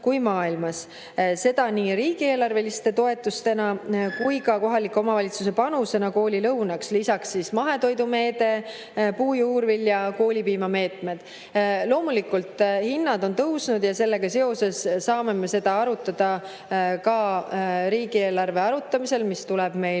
seda nii riigieelarveliste toetustena kui ka kohaliku omavalitsuse panusena koolilõunaks, lisaks on mahetoidumeede ning puu‑, juurvilja‑ ja koolipiimameetmed. Loomulikult, hinnad on tõusnud ja sellega seoses saame me seda arutada ka riigieelarve arutamisel, mis tuleb meil